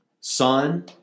son